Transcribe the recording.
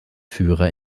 führer